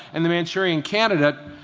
and the manchurian candidate